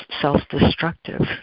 self-destructive